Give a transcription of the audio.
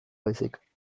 baizik